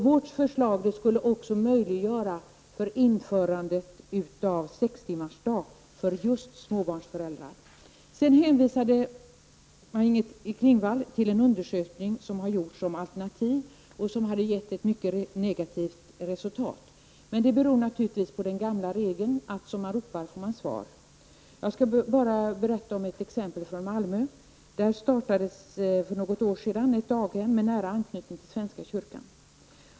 Vårt förslag skulle också möjliggöra införandet av sextimmarsdag för just småbarnsföräldrar. Sedan hänvisade Maj-Inger Klingvall till en undersökning som hade gjorts om alternativ och som hade givit ett mycket negativt resultat. Det beror naturligtvis -- det är en gammal regel -- på att som man ropar får man svar. Jag skall bara anföra ett exempel från Malmö. Där startades för något år sedan ett daghem med nära anknytning till svenska kyrkan.